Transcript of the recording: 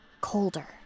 Colder